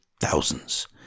thousands